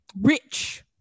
rich